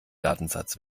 datensatz